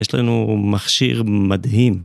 יש לנו מכשיר מדהים.